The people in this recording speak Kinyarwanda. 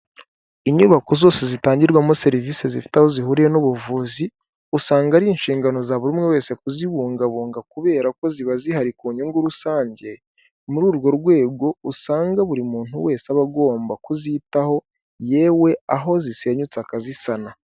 Inyubako zose zitangirwamo serivise zifite aho zihuriye n'ubuvuzi, usanga ari inshingano za buri umwe wese kuzibungabunga kubera ko ziba zihari ku nyungu rusange, muri urwo rwego, usanga buri muntu wese aba agomba kuzitaho, yewe aho zisenyutse akazisana.